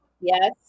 Yes